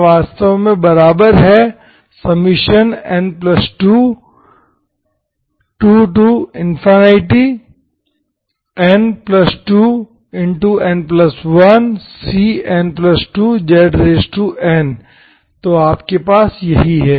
यह वास्तव में बराबर है n22n2n1cn2zn तो आपके पास यही है